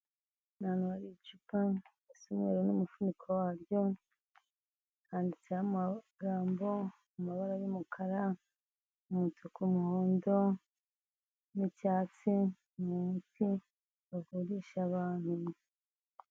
Ni ahantu hari icupa risa umweru n'umufuniko waryo, handitseho amagambo mu mabara n'umukara, umutuku, umuhondo n'icyatsi munsi bavurisha abantu.